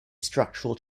structural